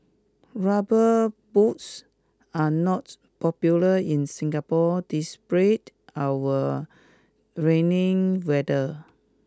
rubber boots are not popular in Singapore despite our raining weather